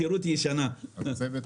בסוגית רשתות המזון והספקים, למה?